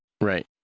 Right